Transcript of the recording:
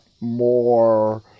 more